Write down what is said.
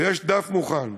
יש דף מוכן.